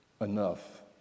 enough